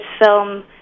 film